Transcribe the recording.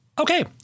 okay